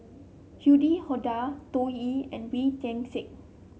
Yuni Hadi Tao Li and Wee Tian Siak